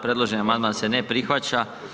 Predloženi amandman se ne prihvaća.